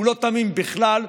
הוא לא תמים בכלל,